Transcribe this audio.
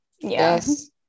Yes